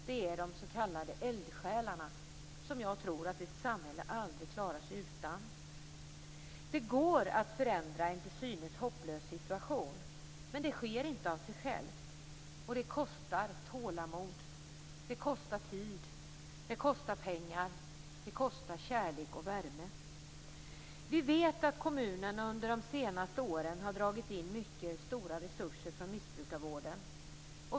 Det är de s.k. eldsjälarna, som jag tror att ett samhälle aldrig klarar sig utan. Det går att förändra en till synes hopplös situation. Men det sker inte av sig självt. Det kostar tålamod, det kostar tid, det kostar pengar, och det kostar kärlek och värme. Vi vet att kommunerna under de senaste åren har dragit in mycket stora resurser från missbrukarvården.